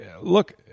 look